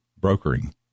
brokering